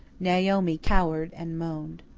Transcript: naomi cowered and moaned.